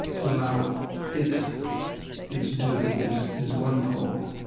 to allow it its due is is one pull.